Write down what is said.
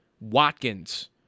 Watkins